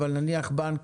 אבל נניח בנק,